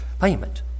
payment